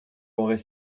aurait